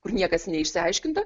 kur niekas neišsiaiškinta